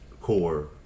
core